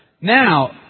Now